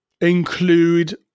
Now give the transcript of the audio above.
include